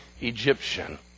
Egyptian